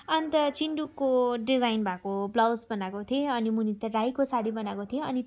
अन्त चिन्डुको डिजाइन भएको ब्लाउज बनाएको थिएँ अनि मुनि त राईको सारी बनाएको थिएँ अनि